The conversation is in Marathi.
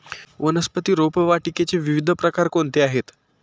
वनस्पती रोपवाटिकेचे विविध प्रकार कोणते आहेत?